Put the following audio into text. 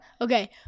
Okay